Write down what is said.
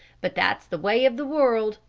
but that's the way of the world.